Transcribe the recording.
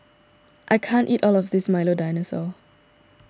I can't eat all of this Milo Dinosaur